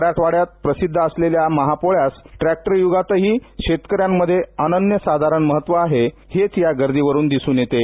मराठवाङ्यात प्रसिद्ध असलेल्या या महापोळ्यास ट्रॅक्टर युगातही शेतकऱ्यामध्ये अनन्य साधारण महत्व आहे हेच या गर्दीवरुन दिसून येतं